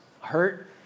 hurt